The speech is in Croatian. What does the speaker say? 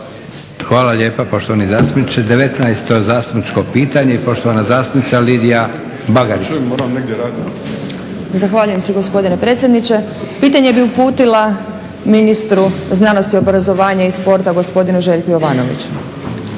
Hvala lijepa poštovani zastupniče. 19. zastupničko pitanje i poštovana zastupnica Lidija Bagarić. **Bagarić, Lidija (SDP)** Zahvaljujem se gospodine predsjedniče. Pitanje bih uputila ministru znanosti, obrazovanja i sporta gospodinu Željku Jovanoviću.